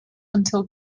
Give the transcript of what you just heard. until